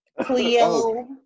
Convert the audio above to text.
Cleo